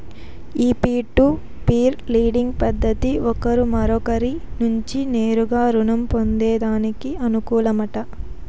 ఈ peer to peer lending పద్దతి ఒకరు మరొకరి నుంచి నేరుగా రుణం పొందేదానికి అనుకూలమట